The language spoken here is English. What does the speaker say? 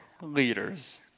leaders